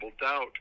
doubt